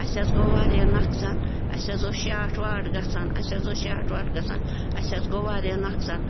اَسہِ حظ گوٚو وارِیاہ نۄقصان اَسہِ حظ اوس شاٹ واٹ گَژھان اَسہِ حظ گوٚو وارِیاہ نۄقصان